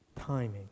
Timing